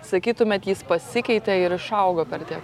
sakytumėt jis pasikeitė ir išaugo per tiek